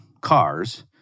cars